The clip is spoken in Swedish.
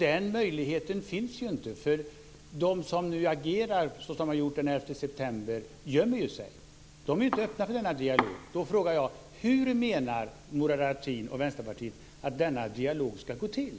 Den möjligheten finns ju inte, eftersom de som agerade den 11 september gömmer sig. De är inte öppna för denna dialog. Då frågar jag: Hur menar Murad Artin och Vänsterpartiet att denna dialog ska gå till?